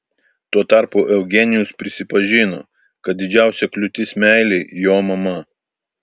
tuo tarpu eugenijus prisipažino kad didžiausia kliūtis meilei jo mama